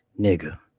Nigga